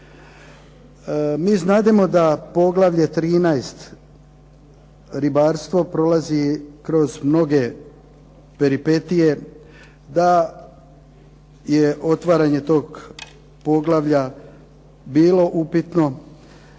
MI znademo da poglavlje 13. ribarstvo prolazi kroz mnoge peripetije, da je otvaranje toga poglavlja bilo upitno,